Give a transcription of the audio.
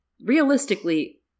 Realistically